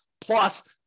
plus